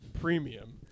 premium